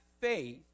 faith